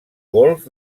golf